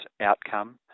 outcome